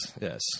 yes